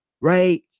right